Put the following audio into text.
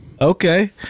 Okay